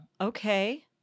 Okay